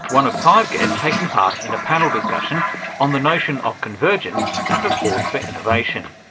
one of five guests taking part in a panel discussion on the notion of convergence as a force for innovation.